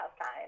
time